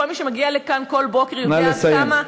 כל מי שמגיע לכאן כל בוקר יודע, נא לסיים.